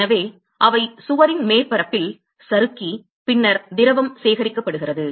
எனவே அவை சுவரின் மேற்பரப்பில் சறுக்கி பின்னர் திரவம் சேகரிக்கப்படுகிறது